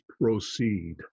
proceed